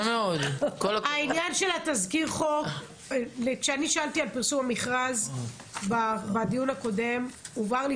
כשאני שאלתי על פרסום המכרז בדיון הקודם הובהר לי